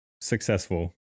successful